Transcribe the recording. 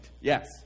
Yes